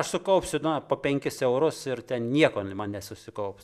aš sukaupsiu na po penkis eurus ir ten nieko man nesusikaups